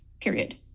period